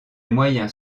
moyens